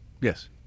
yes